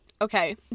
Okay